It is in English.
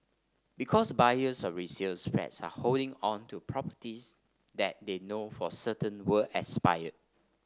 because buyers of resale flats are holding on to properties that they know for certain will expire